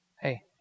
Hey